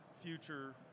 future